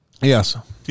Yes